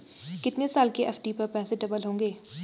कितने साल की एफ.डी पर पैसे डबल होंगे?